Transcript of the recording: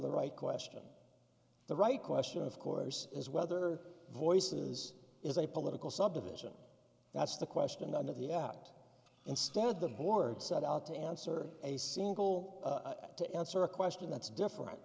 the right question the right question of course is whether voice that is is a political subdivision that's the question under the act instead the board set out to answer a single to answer a question that's different